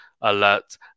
alert